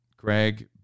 Greg